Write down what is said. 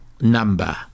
number